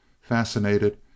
fascinated